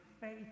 faith